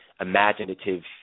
imaginative